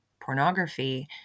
pornography